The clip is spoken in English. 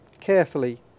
carefully